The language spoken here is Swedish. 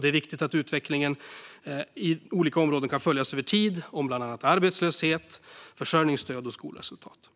Det är viktigt att utvecklingen i olika områden kan följas över tid för bland annat arbetslöshet, försörjningsstöd och skolresultat.